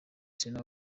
serena